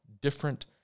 different